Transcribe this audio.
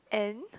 and